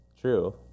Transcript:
True